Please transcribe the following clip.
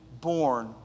born